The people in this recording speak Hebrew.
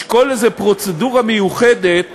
לשקול איזה פרוצדורה מיוחדת